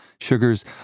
Sugars